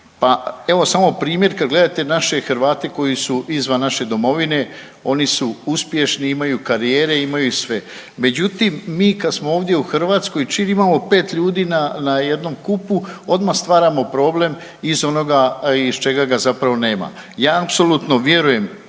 Pa evo samo primjer kad gledate naše Hrvate koji su izvan naše domovine, oni su uspješni, imaju karijere, imaju sve. Međutim, mi kad smo ovdje u Hrvatskoj čim imamo 5 ljudi na, na jednom kupu odmah stvaramo problem iz onoga iz čega ga zapravo nema. Ja apsolutno vjerujem